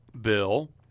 bill